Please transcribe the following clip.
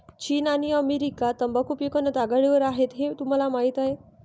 चीन आणि अमेरिका तंबाखू पिकवण्यात आघाडीवर आहेत हे तुम्हाला माहीत आहे